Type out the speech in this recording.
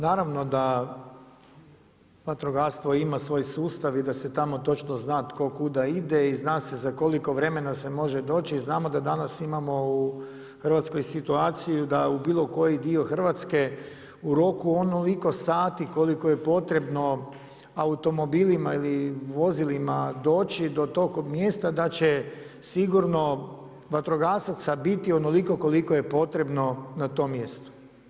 Naravno da vatrogastvo ima svoj sustav i da se tamo točno zna tko kuda ide i zna se za koliko vremena se može doći i znamo da danas imamo u Hrvatskoj situaciju, da u bilo koji dio Hrvatske u roku onoliko sati koliko je potrebno automobilima ili vozilima doći do tog mjesta, da će sigurno vatrogasaca biti onoliko koliko je potrebno na tom mjestu.